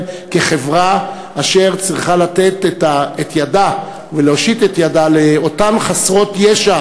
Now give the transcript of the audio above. כחברה אשר צריכה לתת את ידה ולהושיט את ידה לאותן חסרות ישע